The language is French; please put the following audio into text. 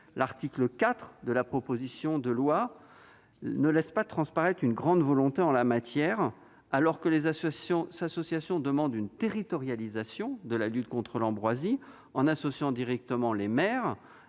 L'article 4 de la proposition de loi ne laisse pas transparaître une grande volonté en la matière. Alors que les associations demandent une territorialisation de la lutte contre l'ambroisie, en associant directement les maires,